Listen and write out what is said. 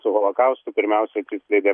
su holokaustu pirmiausiai atsiskleidė